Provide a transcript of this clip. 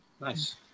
Nice